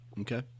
Okay